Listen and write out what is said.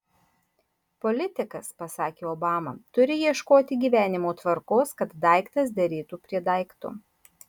politikas pasakė obama turi ieškoti gyvenimo tvarkos kad daiktas derėtų prie daikto